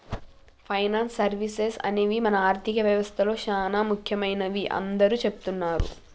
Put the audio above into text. finance services అనేవి మన ఆర్థిక వ్యవస్తలో చానా ముఖ్యమైనవని అందరూ చెబుతున్నరు